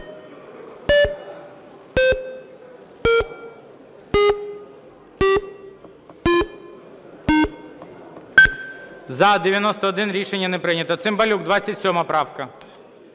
За-91 Рішення не прийнято. Цимбалюк, 27 правка.